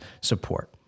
support